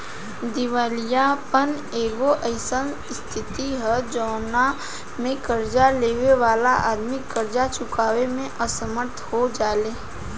दिवालियापन एगो अईसन स्थिति ह जवना में कर्ज लेबे वाला आदमी कर्ज चुकावे में असमर्थ हो जाले